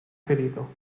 ferito